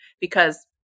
because-